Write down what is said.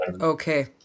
Okay